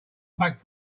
back